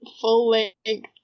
full-length